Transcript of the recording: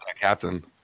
Captain